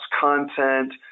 content